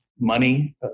money